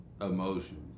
emotions